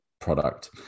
product